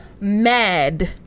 mad